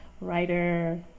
writer